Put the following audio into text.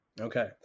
Okay